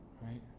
right